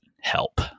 help